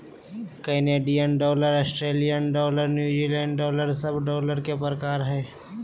Canadian dollar, Australian dollar, New Zealand dollar सब dollar के प्रकार हय